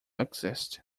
exist